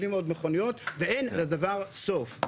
מובילים עוד מכוניות ואין לדבר סוף.